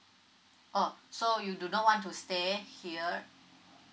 oh so you do not want to stay here